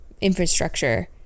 infrastructure